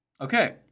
Okay